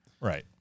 right